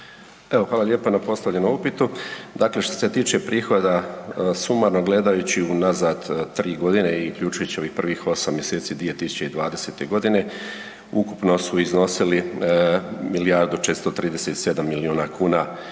hvala lijepo na postavljenom upitu. Dakle, što se tiče prihoda sumarno gledajući unazad 3.g. i uključujući ovih prvih 8 mjeseci 2020.g. ukupno su iznosili milijardu 437 milijuna kuna